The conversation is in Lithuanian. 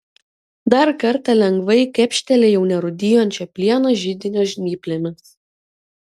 dar kartą lengvai kepštelėjau nerūdijančio plieno židinio žnyplėmis